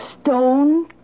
Stone